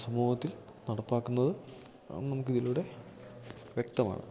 സമൂഹത്തിൽ നടപ്പാക്കുന്നത് നമുക്കിതിലൂടെ വ്യക്തമാണ്